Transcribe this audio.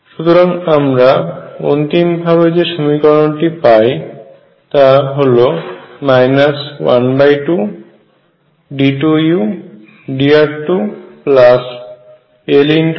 সুতরাং আমরা অন্তিম ভাবে যে সমীকরণটি পাই 12d2udr2 ll122x2u ux